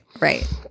right